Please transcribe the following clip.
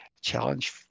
challenge